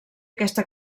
aquesta